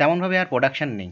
তেমনভাবে আর প্রোডাকশন নেই